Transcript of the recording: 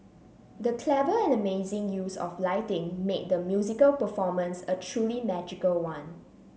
the clever and amazing use of lighting made the musical performance a truly magical one